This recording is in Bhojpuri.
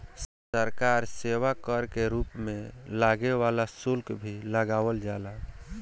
सरकार सेवा कर के रूप में लागे वाला शुल्क भी लगावल जाला